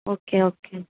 okay okay